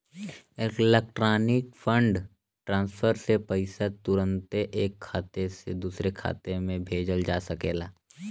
electronic fund transfer से पईसा तुरन्ते ऐक खाते से दुसरे खाते में भेजल जा सकेला